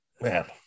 man